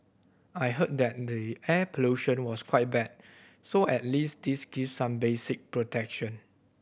I heard that the air pollution was quite bad so at least this gives some basic protection